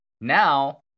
Now